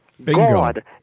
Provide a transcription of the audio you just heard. God